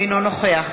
אינו נוכח